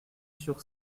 sur